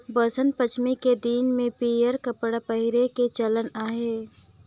बसंत पंचमी के दिन में पीयंर कपड़ा पहिरे के चलन अहे